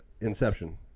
Inception